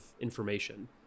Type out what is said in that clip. information